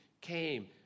came